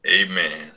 amen